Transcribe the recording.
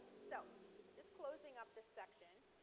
so just closing up this section,